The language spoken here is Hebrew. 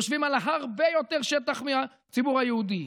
יושבים על הרבה יותר שטח מהציבור היהודי.